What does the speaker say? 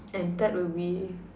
and third will be